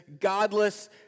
godless